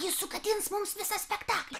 jis sugadins mums visą spektaklį